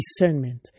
discernment